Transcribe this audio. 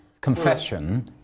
confession